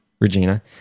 Regina